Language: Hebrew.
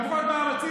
למרות מאמצים